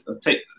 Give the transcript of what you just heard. take